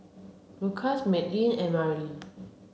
Lukas Madelynn and Marilee